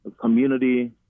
community